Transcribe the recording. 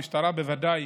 המשטרה בוודאי